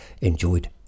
Enjoyed